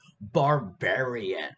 Barbarian